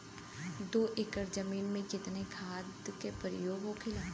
दो एकड़ जमीन में कितना खाद के प्रयोग होखेला?